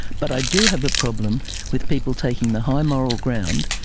but i do have a problem with people taking the high moral ground,